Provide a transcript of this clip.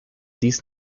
dies